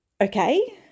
okay